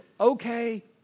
Okay